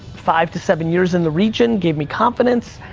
five to seven years in the region gave me confidence.